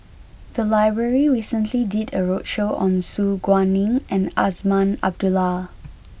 the library recently did a roadshow on Su Guaning and Azman Abdullah